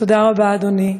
תודה רבה, אדוני,